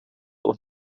und